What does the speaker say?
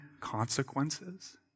consequences